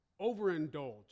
overindulge